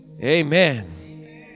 Amen